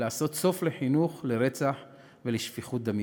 ולעשות סוף לחינוך לרצח ולשפיכות דמים.